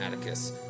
Atticus